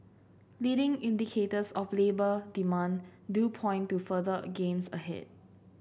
leading indicators of labour demand do point to further gains ahead